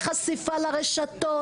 החשיפה לרשתות,